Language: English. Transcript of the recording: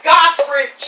Godfrey